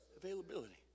Availability